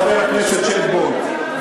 חבר הכנסת שטבון.